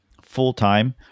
full-time